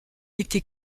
était